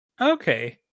Okay